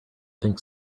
think